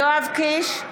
יואב קיש,